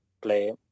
play